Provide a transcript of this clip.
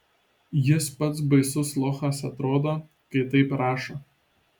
jis pats baisus lochas atrodo kai taip rašo